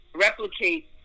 Replicate